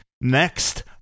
next